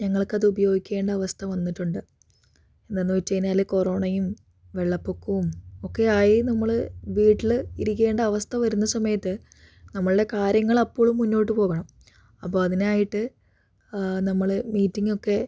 ഞങ്ങൾക്കത് ഉപയോഗിക്കേണ്ട അവസ്ഥ വന്നിട്ടുണ്ട് എന്താണെന്ന് വച്ചു കഴിഞ്ഞാൽ കൊറോണയും വെള്ളപ്പൊക്കവും ഒക്കെ ആയി നമ്മൾ വീട്ടിൽ ഇരിക്കേണ്ട അവസ്ഥ വരുന്ന സമയത്ത് നമ്മളുടെ കാര്യങ്ങളപ്പോഴും മുന്നോട്ട് പോകണം അപ്പോൾ അതിനായിട്ട് നമ്മൾ മീറ്റിങ്ങൊക്കെ